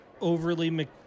overly